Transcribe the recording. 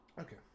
Okay